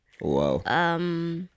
Wow